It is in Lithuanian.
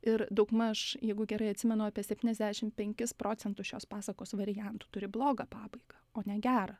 ir daugmaž jeigu gerai atsimenu apie septyniasdešim penkis procentus šios pasakos variantų turi blogą pabaigą o ne gerą